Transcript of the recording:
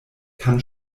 kann